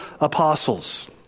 apostles